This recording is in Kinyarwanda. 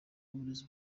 burezi